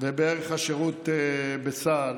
ובערך השירות בצה"ל,